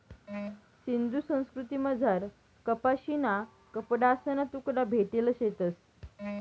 सिंधू संस्कृतीमझार कपाशीना कपडासना तुकडा भेटेल शेतंस